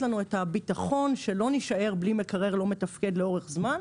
לנו את הבטחון שלא נישאר בלי מקרר מתפקד לאורך זמן,